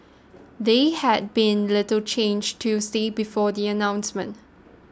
they had been little changed Tuesday before the announcements